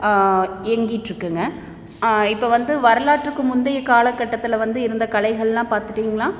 இயங்கிட்டுருக்குங்க இப்போ வந்து வரலாற்றுக்கு முந்தைய காலகட்டத்தில் வந்து இருந்த கலைகள்லாம் பார்த்துட்டிங்கன்னா